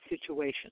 situation